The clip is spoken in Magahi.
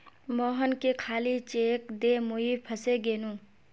मोहनके खाली चेक दे मुई फसे गेनू